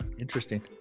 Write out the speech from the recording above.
interesting